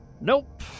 Nope